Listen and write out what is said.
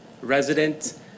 resident